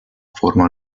forma